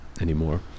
anymore